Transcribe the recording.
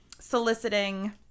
soliciting